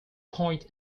point